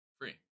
free